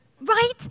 Right